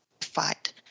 fight